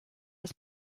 his